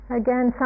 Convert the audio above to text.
again